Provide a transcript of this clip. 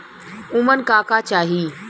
उमन का का चाही?